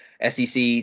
SEC